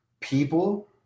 people